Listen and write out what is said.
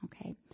Okay